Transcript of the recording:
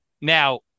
now